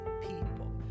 people